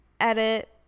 edit